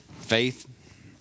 faith